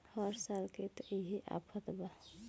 हर साल के त इहे आफत बा